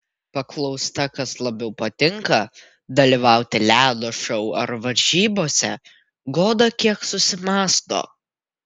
paklausta kas labiau patinka dalyvauti ledo šou ar varžybose goda kiek susimąsto